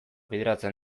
bideratzen